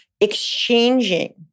exchanging